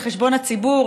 על חשבון הציבור,